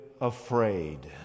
afraid